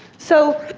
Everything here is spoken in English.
so